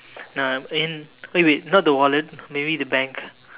no lah uh eh wait not the wallet maybe the bank